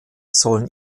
sollen